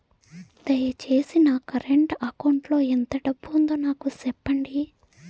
దయచేసి నా current account లో ఎంత డబ్బు ఉందో నాకు సెప్పండి